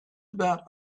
about